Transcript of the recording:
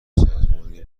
سازمانی